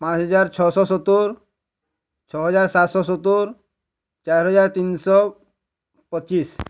ପାଞ୍ଚ ହଜାର ଛଅଶ ସତୁର ଛଅ ହଜାର ସାତଶ ସତୁର ଚାର ହଜାର ତିନିଶ ପଚିଶ